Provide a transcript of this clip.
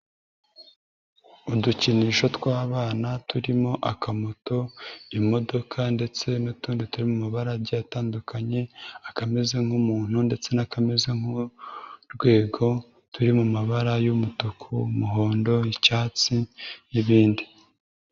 Udukinisho tw'abana turimo: akamoto, imodoka ndetse n'utundi turi mu mabara agiye atandukanye: akameze nk'umuntu ndetse n'akameze nk'urwego, turi mu mabara y'umutuku, umuhondo, icyatsi n'ibindi.